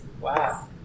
Wow